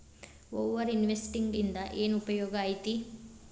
over investing ಇಂದ ಏನ್ ಉಪಯೋಗ ಐತಿ